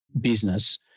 business